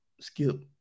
Skip